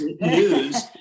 news